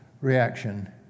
reaction